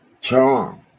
Charm